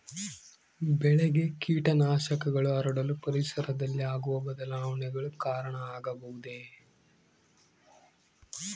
ಬೆಳೆಗೆ ಕೇಟನಾಶಕಗಳು ಹರಡಲು ಪರಿಸರದಲ್ಲಿ ಆಗುವ ಬದಲಾವಣೆಗಳು ಕಾರಣ ಆಗಬಹುದೇ?